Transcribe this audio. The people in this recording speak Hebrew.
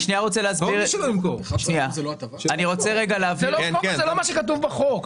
זה לא מה שכתוב בחוק.